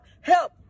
help